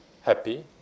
happy